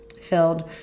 filled